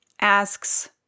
asks